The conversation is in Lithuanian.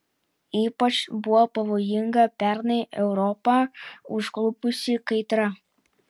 ypač buvo pavojinga pernai europą užklupusi kaitra